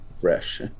fresh